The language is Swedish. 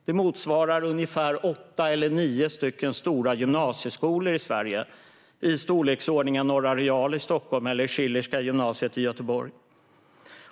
Det motsvarar ungefär åtta eller nio stora gymnasieskolor i Sverige i storleksordningen Norra Real i Stockholm eller Schillerska gymnasiet i Göteborg.